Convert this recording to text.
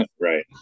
Right